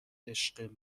عشق